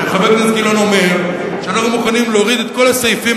שחבר הכנסת גילאון אומר שאנחנו מוכנים להוריד את כל הסעיפים,